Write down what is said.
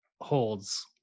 holds